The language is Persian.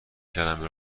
کلمه